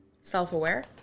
Self-aware